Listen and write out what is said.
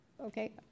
Okay